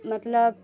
मतलब